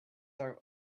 are